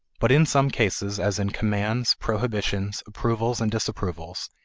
but in some cases as in commands, prohibitions, approvals, and disapprovals,